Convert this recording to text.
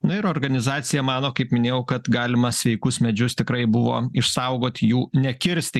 na ir organizacija mano kaip minėjau kad galima sveikus medžius tikrai buvo išsaugot jų nekirsti